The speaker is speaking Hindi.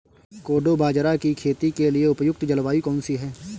कोडो बाजरा की खेती के लिए उपयुक्त जलवायु कौन सी है?